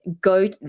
go